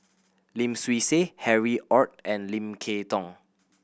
Lim Swee Say Harry Ord and Lim Kay Tong